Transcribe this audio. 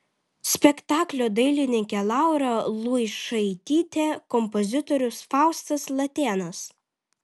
spektaklio dailininkė laura luišaitytė kompozitorius faustas latėnas